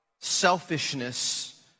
selfishness